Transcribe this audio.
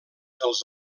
dels